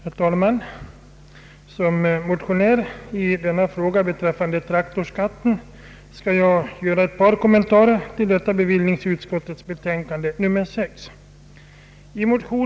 Herr talman! Som motionär i denna fråga om traktorskatten skall jag göra ett par kommentarer till bevillningsutskottets betänkande nr 6.